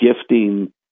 gifting